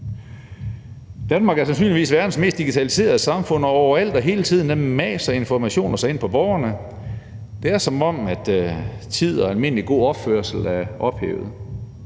Danmark er sandsynligvis verdens mest digitaliserede samfund, og overalt og hele tiden maser informationer sig ind på borgerne. Det er, som om tid og almindelig god opførsel er ophævet.